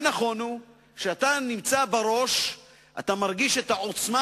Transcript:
נכון הוא שכשאתה נמצא בראש אתה מרגיש את העוצמה,